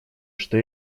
что